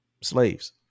slaves